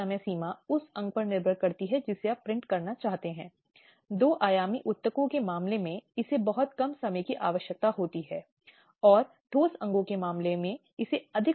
इसलिए कुछ उदाहरण भोजन से वंचित करना हो सकते हैं घर की संपत्ति का निपटान महिलाओं की सहमति के बिना उसकी खुद की संपत्ति का निपटान करना जिसमें उसकी संपत्ति भी शामिल है जैसे कि उसकी इच्छा के खिलाफ स्त्रीधन